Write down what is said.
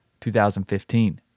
2015